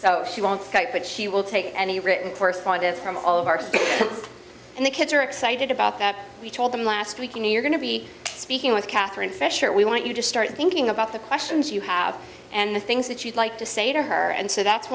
so she won't but she will take any written correspondence from all of our and the kids are excited about that we told them last week you know you're going to be speaking with katherine fisher we want you to start thinking about the questions you have and the things that you'd like to say to her and so that's